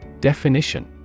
Definition